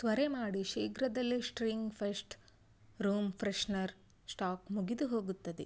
ತ್ವರೆ ಮಾಡಿ ಶೀಘ್ರದಲ್ಲೇ string fest room freshener stock ಮುಗಿದುಹೋಗುತ್ತದೆ